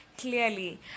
clearly